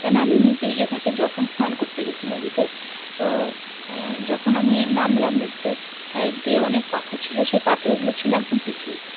কেন আমি নিজেই এর আগে যখন স্নান করতে গেছি নদীতে তো যখন আমি নামলাম নদীতে সাইড দিয়ে অনেক পাথর ছিলো সেই পাথরগুলো ছিল একদম পিচ্ছিল